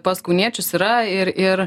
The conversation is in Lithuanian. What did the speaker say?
pas kauniečius yra ir ir